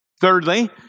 Thirdly